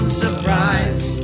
surprise